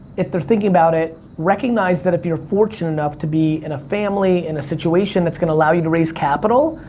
if they're thinking about it, recognize that if you're fortunate enough to be in a family, in a situation that's gonna allow you to raise capital,